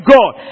God